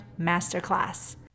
masterclass